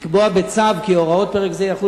לקבוע בצו כי הוראות פרק זה יחולו